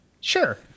Sure